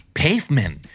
pavement